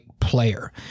player